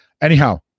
Anyhow